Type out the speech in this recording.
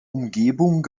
umgebung